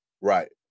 Right